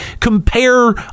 compare